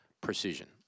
precision